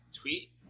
tweet